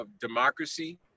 democracy